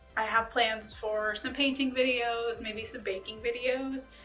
i have plans for some painting videos, maybe some baking videos.